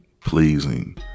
pleasing